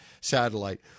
satellite